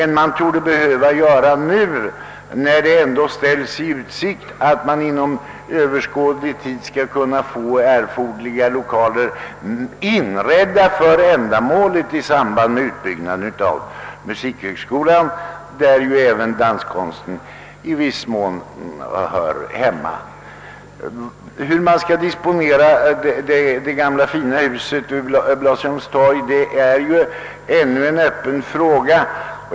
Nu ställes i utsikt att inom överskådlig tid erforderliga lokaler skulle kunna inredas i samband med utbyggnaden av musikhögskolan, där även danskonsten i viss mån hör hemma. Hur det gamla fina huset vid Blasieholmstorg skall disponeras är ännu en öppen fråga.